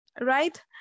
right